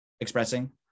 expressing